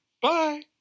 Bye